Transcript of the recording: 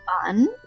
Fun